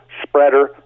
spreader